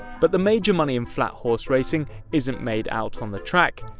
but the major money in flat horse racing isn't made out on the track,